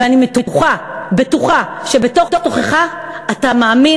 ואני בטוחה בטוחה שבתוך תוכך אתה מאמין